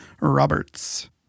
Roberts